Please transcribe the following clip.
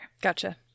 Gotcha